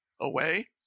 away